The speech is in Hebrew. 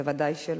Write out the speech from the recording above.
ודאי שלא.